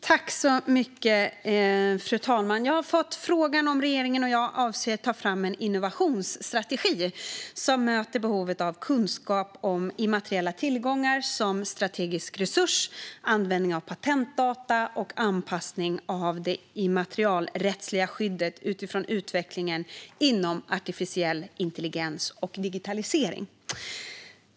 Fru talman! Aida Birinxhiku har frågat mig om jag och regeringen avser att ta fram en innovationsstrategi som möter behovet av kunskap om immateriella tillgångar som strategisk resurs, användning av patentdata och anpassning av det immaterialrättsliga skyddet utifrån utvecklingen inom artificiell intelligens och digitalisering.